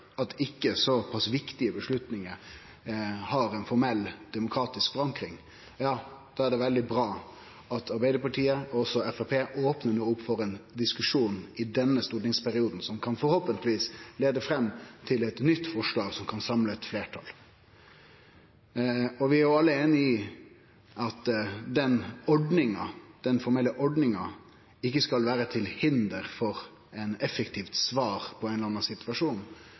viktige avgjerder ikkje har ei formell demokratisk forankring, er det veldig bra at Arbeidarpartiet og også Framstegspartiet no opnar opp for ein diskusjon i denne stortingsperioden som forhåpentlegvis kan leie til eit nytt forslag som kan samle eit fleirtal. Vi er alle einige om at den formelle ordninga ikkje skal vere til hinder for eit effektivt svar på ein eller anna situasjon,